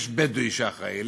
יש בדואי שאחראי,